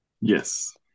yes